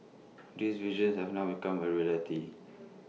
this vision have now become A reality